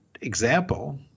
example